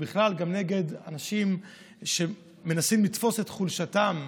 ובכלל גם נגד אנשים שמנסים לתפוס את חולשתם,